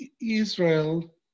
Israel